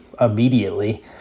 immediately